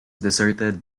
deserted